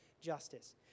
justice